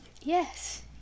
Yes